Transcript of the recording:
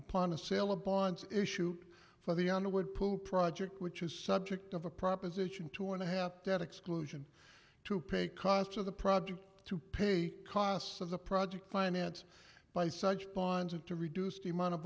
plan a sale a bond issue for the underwood pool project which is subject of a proposition two and a half dead exclusion to pay costs of the project to pay costs of the project finance by such bonds and to reduce the amount of